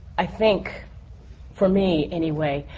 i think for me, anyway,